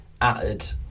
added